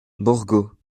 borgo